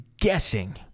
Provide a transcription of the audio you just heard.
guessing